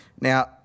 Now